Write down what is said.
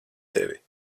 tevi